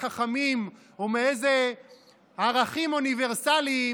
חכמים או מאילו ערכים אוניברסליים,